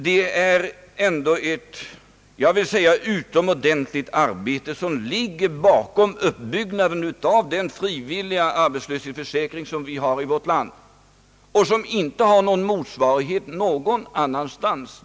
Det är ett utomordentligt arbete som ligger bakom uppbyggnaden av den frivilliga arbetslöshetsförsäkring, som vi har i vårt land och som inte har någon motsvarighet någon annanstans.